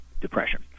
depression